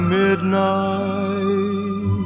midnight